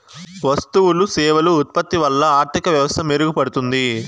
వస్తువులు సేవలు ఉత్పత్తి వల్ల ఆర్థిక వ్యవస్థ మెరుగుపడుతుంది